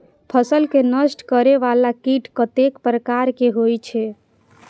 फसल के नष्ट करें वाला कीट कतेक प्रकार के होई छै?